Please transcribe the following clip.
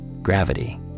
gravity